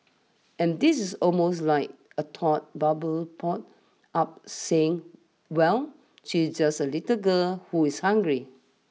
and this is almost like a thought bubble pops up saying well she's just a little girl who is hungry